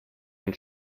den